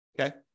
Okay